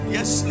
Yes